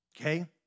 Okay